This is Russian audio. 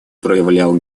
проявил